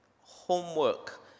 homework